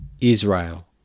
Israel